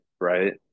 right